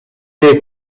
jej